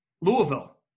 Louisville